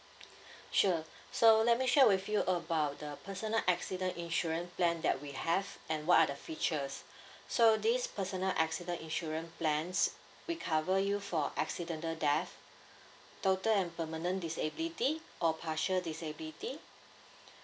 sure so let me share with you about the personal accident insurance plan that we have and what are the features so this personal accident insurance plans we cover you for accidental death total and permanent disability or partial disability